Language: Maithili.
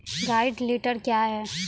गार्डन टिलर क्या हैं?